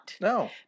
No